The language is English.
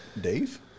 Dave